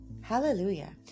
Hallelujah